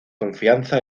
confianza